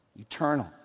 Eternal